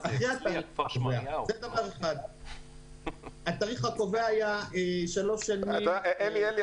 התאריך הקובע היה --- אלי,